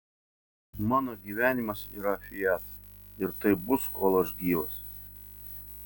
mano gyvenimas yra fiat ir taip bus kol aš gyvas